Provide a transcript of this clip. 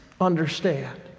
understand